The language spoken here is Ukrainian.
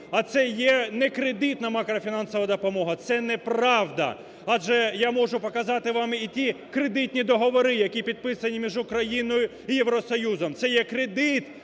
а це є некредитна макрофінансова допомога. Це неправда, адже я можу показати вам і ті кредитні договори, які підписані між Україною і Євросоюзом, це є кредит,